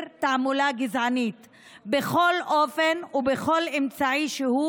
תעמולה גזענית בכל אופן ובכל אמצעי שהוא,